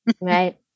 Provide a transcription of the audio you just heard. Right